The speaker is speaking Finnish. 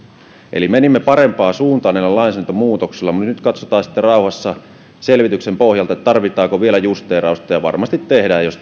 eli menimme parempaan suuntaan näillä lainsäädäntömuutoksilla mutta nyt katsotaan sitten rauhassa selvityksen pohjalta tarvitaanko vielä justeerausta ja varmasti tehdään jos